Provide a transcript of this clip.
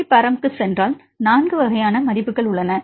B பரமுக்குச் சென்றால் 4 வெவ்வேறு வகையான மதிப்புகள் உள்ளன